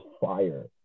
fire